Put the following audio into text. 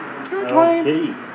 Okay